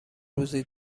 روزی